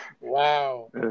Wow